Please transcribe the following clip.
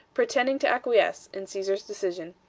pretending to acquiesce in caesar's decision,